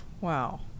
Wow